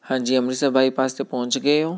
ਹਾਂਜੀ ਅੰਮ੍ਰਿਤਸਰ ਬਾਈਪਾਸ 'ਤੇ ਪਹੁੰਚ ਗਏ ਹੋ